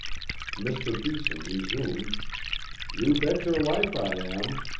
mr. beeson resumed you bet your life i am!